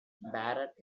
barrett